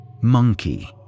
Monkey